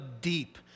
deep